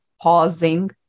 pausing